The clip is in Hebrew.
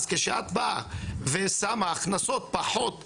כשאת שמה הכנסות פחות הנחות,